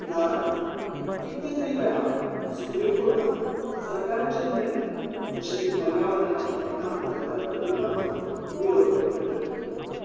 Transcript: उदाहारण कितले तरी वेळा सुप्रीम कोर्टान सरकाराचे निर्णय जशे की पर्यावरणाचे परिणाम करणाऱ्या प्रकल्पांचो विरोध रद्द केलो